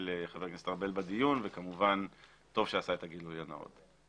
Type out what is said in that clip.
חבר הכנסת ארבל בדיון וכמובן טוב שעשה את הגילוי הנאות.